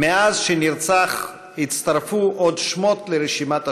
מאז נרצח התווספו עוד שמות לרשימת השבויים.